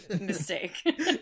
mistake